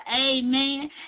Amen